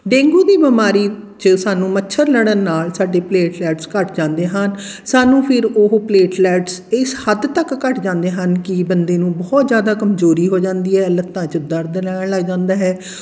dengue ਦੀ ਬਿਮਾਰੀ 'ਚ ਸਾਨੂੰ ਮੱਛਰ ਲੜਨ ਨਾਲ ਸਾਡੇ ਪਲੇਟਲੈਟਸ ਘੱਟ ਜਾਂਦੇ ਹਨ ਸਾਨੂੰ ਫਿਰ ਉਹ ਪਲੇਟਲੈਟਸ ਇਸ ਹੱਦ ਤੱਕ ਘੱਟ ਜਾਂਦੇ ਹਨ ਕਿ ਬੰਦੇ ਨੂੰ ਬਹੁਤ ਜ਼ਿਆਦਾ ਕਮਜ਼ੋਰੀ ਹੋ ਜਾਂਦੀ ਹੈ ਲੱਤਾਂ 'ਚ ਦਰਦ ਰਹਿਣ ਲੱਗ ਜਾਂਦਾ ਹੈ